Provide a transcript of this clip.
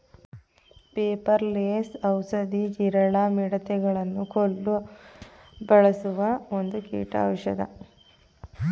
ಪೆಪಾರ ಲೆಸ್ ಔಷಧಿ, ಜೀರಳ, ಮಿಡತೆ ಗಳನ್ನು ಕೊಲ್ಲು ಬಳಸುವ ಒಂದು ಕೀಟೌಷದ